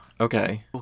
okay